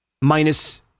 minus